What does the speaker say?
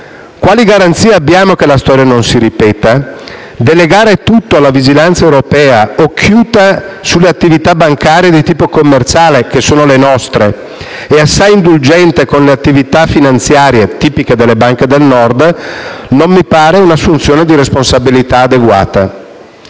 Quali garanzie abbiamo che la storia non si ripeta? Delegare tutto alla vigilanza europea, occhiuta sulle attività bancarie di tipo commerciale (le nostre) e assai indulgente con le attività finanziarie, tipiche delle banche del Nord, non mi pare un'assunzione di responsabilità adeguata.